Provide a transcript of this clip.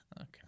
Okay